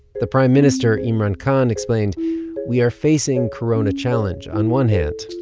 the prime minister, imran khan, explained we are facing corona challenge on one hand